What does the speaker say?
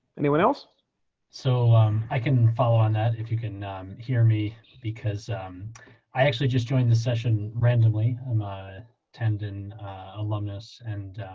anyone else so um i can follow on that if you can hear me because i actually just joined the session randomly i'm a tendon alumnus and